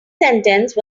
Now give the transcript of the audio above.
sentence